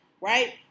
right